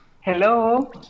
Hello